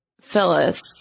Phyllis